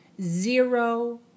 Zero